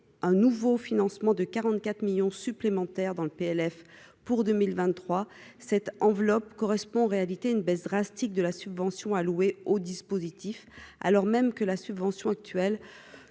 un nouveau financement de 44 millions supplémentaires dans le PLF pour 2023 cette enveloppe correspond en réalité une baisse drastique de la subvention allouée au dispositif, alors même que la subvention actuelle